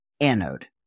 anode